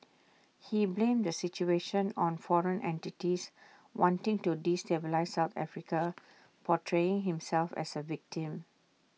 he blamed the situation on foreign entities wanting to destabilise south Africa portraying himself as A victim